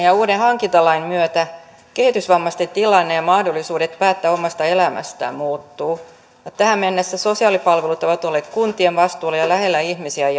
ja uuden hankintalain myötä kehitysvammaisten tilanne ja mahdollisuudet päättää omasta elämästään muuttuvat tähän mennessä sosiaalipalvelut ovat olleet kuntien vastuulla ja ja lähellä ihmisiä